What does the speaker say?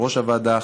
יושב-ראש הוועדה,